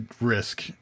risk